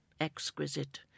exquisite